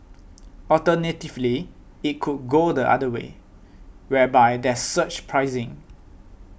alternatively it could go the other way whereby there's surge pricing